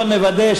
בוא נוודא,